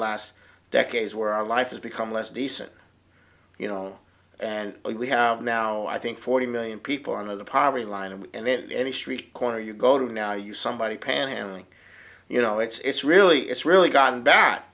last decades where our life has become less decent you know and we have now i think forty million people on the poverty line and in any street corner you go to now you somebody panhandling you know it's really it's really gotten